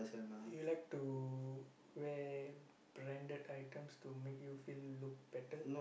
you like to wear branded items to make you feel look better